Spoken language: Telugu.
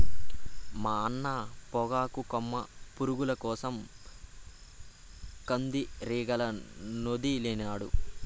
మా అన్న పొగాకు కొమ్ము పురుగుల కోసరం కందిరీగలనొదిలినాడు